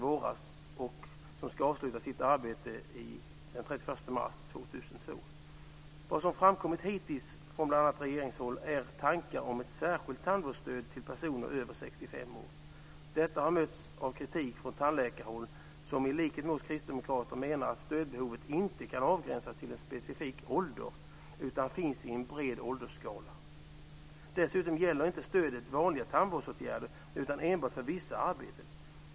Arbetet ska avslutas den Vad som framkommit hittills från bl.a. regeringshåll är tankar om ett särskilt tandvårdsstöd till personer över 65 år. Detta har mötts av kritik från tandläkarhåll. I likhet med oss kristdemokrater menar man att stödbehovet inte kan avgränsas till människor i en specifik ålder. Behovet finns i alla åldersgrupper. Dessutom gäller stödet inte vanliga tandvårdsåtgärder utan enbart vissa arbeten.